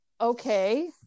okay